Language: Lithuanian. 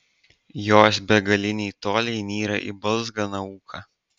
jos begaliniai toliai nyra į balzganą ūką